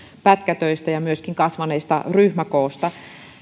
pätkätöistä ja myöskin kasvaneista ryhmäkooista